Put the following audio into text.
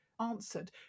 answered